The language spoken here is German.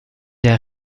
der